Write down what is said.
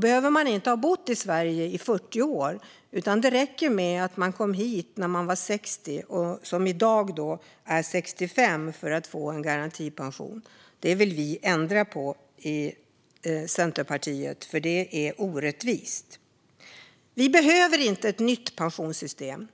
behöver man inte ha bott i Sverige i 40 år, utan det räcker att man kom hit när man var 60 år och i dag är 65 år för att få garantipension. Detta vill vi i Centerpartiet ändra på, eftersom det är orättvist. Vi behöver inte ett nytt pensionssystem.